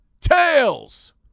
Tails